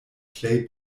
plej